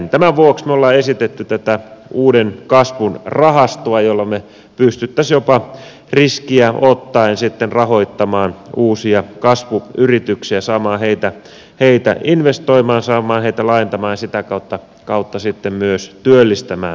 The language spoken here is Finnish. tämän vuoksi me olemme esittäneet tätä uuden kasvun rahastoa jolla me pystyisimme jopa riskiä ottaen sitten rahoittamaan uusia kasvuyrityksiä saamaan heitä investoimaan saamaan heitä laajentamaan ja sitä kautta sitten myös työllistämään lisää